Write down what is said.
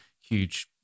huge